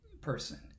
person